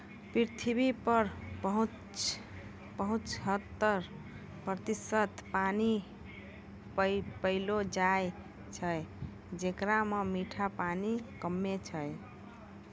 पृथ्वी पर पचहत्तर प्रतिशत पानी पैलो जाय छै, जेकरा म मीठा पानी कम्मे छै